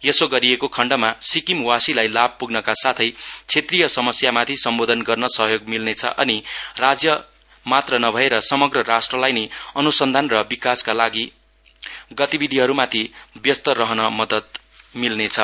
यसो गरिएको खण्डमा सिक्किमवासीलाई लाभ पुग्नका साथै क्षेत्रीय समस्यामाथि सम्बोधन गर्न सहयोग मिल्नेछ अनि राज्यमात्र नभएर समग्र राष्ट्रलाई नै अनुसन्धान र विकासका गतिविधि माथि व्यस्त रहन मदत हुनेछ